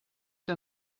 der